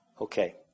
Okay